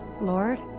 Lord